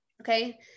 Okay